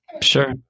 Sure